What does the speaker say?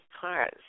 cars